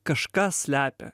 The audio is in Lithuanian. kažką slepia